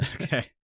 Okay